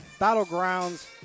Battlegrounds